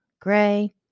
gray